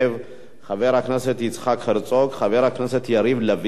אחריו, חבר הכנסת ישראל אייכלר.